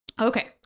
Okay